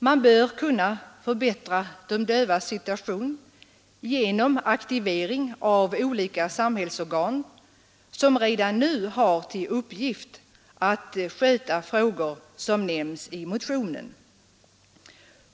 Man bör kunna förbättra de dövas situation genom aktivering av olika samhällsorgan som redan nu har till uppgift att sköta de frågor som nämns i motionen.